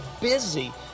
busy